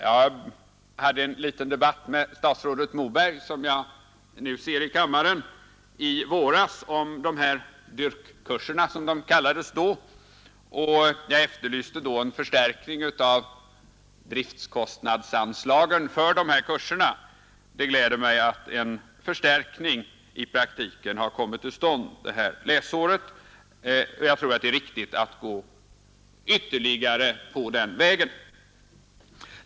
Jag hade en liten debatt med statsrådet Moberg, som jag nu ser i kammaren, i våras om dessa DYRK-kurser, som de kallades då, och jag efterlyste då en förstärkning av driftkostnadsanslagen för dessa kurser. Det gläder mig att en förstärkning i praktiken har kommit till stånd det här läsåret. Jag tror det är riktigt att gå ytterligare en bit på den vägen.